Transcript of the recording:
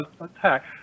attack